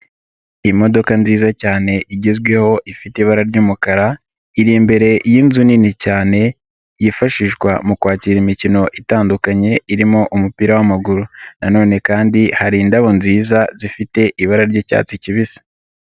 Imodoka nziza cyane igezweho ifite ibara ry'umukara, iri imbere y'inzu nini cyane yifashishwa mu kwakira imikino itandukanye irimo umupira w'amaguru. Nanone kandi hari indabo nziza zifite ibara ry'icyatsi kibisi.